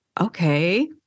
okay